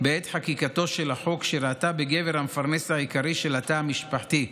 בעת חקיקתו של החוק שראתה בגבר המפרנס העיקרי של התא המשפחתי,